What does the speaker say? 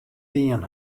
dien